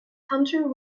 hunter